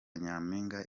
nyampinga